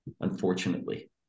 unfortunately